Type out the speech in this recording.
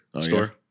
store